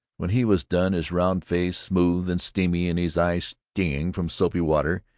when he was done, his round face smooth and streamy and his eyes stinging from soapy water,